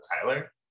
tyler